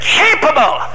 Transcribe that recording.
capable